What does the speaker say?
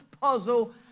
puzzle